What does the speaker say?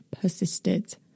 persisted